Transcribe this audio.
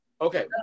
okay